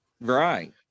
Right